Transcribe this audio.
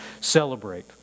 celebrate